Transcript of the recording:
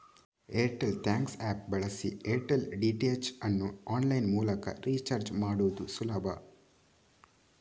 Airtel thanks app ಬಳಸಿ Airtel DTH ಅನ್ನು online ಮೂಲಕ ರೀಚಾರ್ಜ್ ಮಾಡುದು ಸುಲಭ